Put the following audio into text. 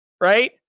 right